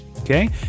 Okay